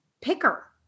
picker